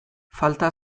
falta